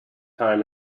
time